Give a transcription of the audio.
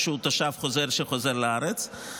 או שהוא תושב חוזר שחוזר לארץ.